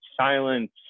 silence